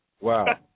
Wow